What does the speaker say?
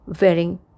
wearing